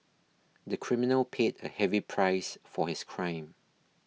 the criminal paid a heavy price for his crime